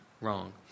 wrong